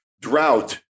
drought